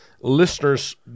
listeners